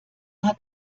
hat